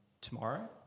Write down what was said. tomorrow